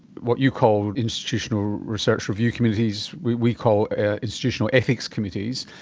what you call institutional research review committees we we call institutional ethics committees,